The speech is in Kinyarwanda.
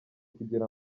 kugira